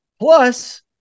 Plus